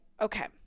okay